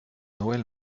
noël